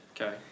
Okay